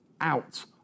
out